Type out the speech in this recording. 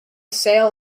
sail